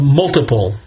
multiple